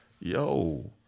yo